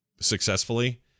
successfully